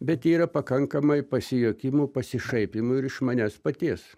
bet yra pakankamai pasijuokimų pasišaipymų ir iš manęs paties